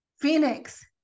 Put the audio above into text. Phoenix